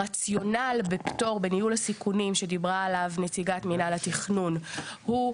הרציונל בפטור בניהול הסיכונים שדיברה עליו נציגת מנהל התכנון הוא,